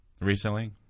recently